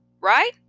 Right